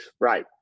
Right